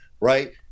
right